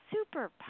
super